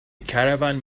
caravan